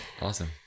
Awesome